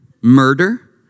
Murder